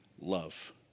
love